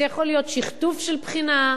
זה יכול להיות שכתוב של בחינה,